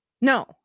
No